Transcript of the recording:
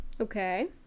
Okay